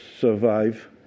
survive